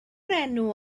enw